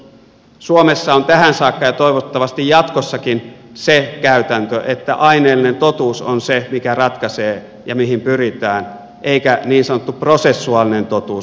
suomessa on ollut tähän saakka ja toivottavasti jatkossakin se käytäntö että aineellinen totuus on se mikä ratkaisee ja mihin pyritään eikä niin sanottu prosessuaalinen totuus